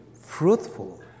fruitful